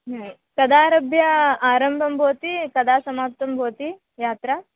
कदारम्भम् आरम्भं भवति कदा समाप्तं भवति यात्रा